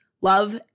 love